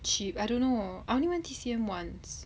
cheap I don't know I only went T_C_M once